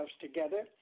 together